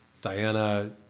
Diana